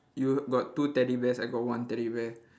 you got two teddy bears I got one teddy bear